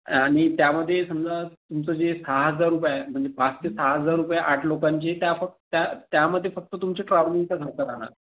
आणि त्यामध्ये समजा तुमचं जे सहा हजार रुपये म्हणजे पाच ते सहा हजार रुपये आठ लोकांचे त्या फक्त त्या त्यामध्ये फक्त तुमचे ट्रॅव्हलिंगचा खर्च राहणार